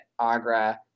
Agra